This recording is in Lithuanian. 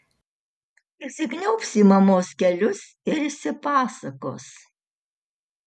įsikniaubs į mamos kelius ir išsipasakos